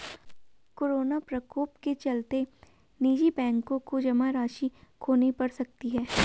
corona प्रकोप के चलते निजी बैंकों को जमा राशि खोनी पढ़ सकती है